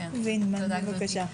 בבקשה.